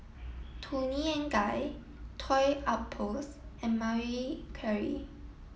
Toni and Guy Toy Outpost and Marie Claire